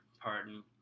pardon